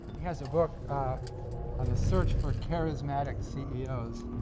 has a book on the search for charismatic ceos.